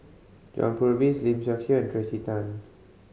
John Purvis Lim Seok Hui and Tracey Tan